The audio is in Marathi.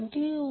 4Ω आहे